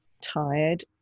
tired